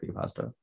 pasta